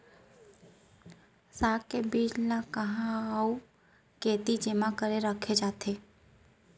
साग के बीज ला कहाँ अऊ केती जेमा करके रखे जाथे?